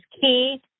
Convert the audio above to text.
key